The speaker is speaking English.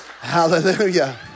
Hallelujah